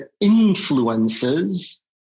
influences